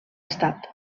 estat